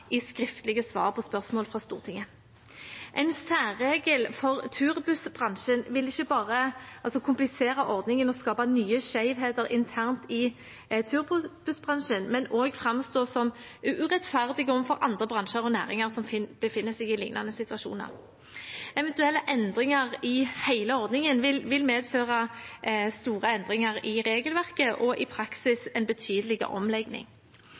i skriftlige svar på spørsmål fra Stortinget. En særregel for turbussbransjen vil ikke bare komplisere ordningen og skape nye skjevheter internt i turbussbransjen, men også framstå som urettferdig overfor andre bransjer og næringer som befinner seg i lignende situasjoner. Eventuelle endringer i hele ordningen vil medføre store endringer i regelverket og i praksis en betydelig omlegging.